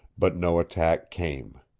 but no attack came.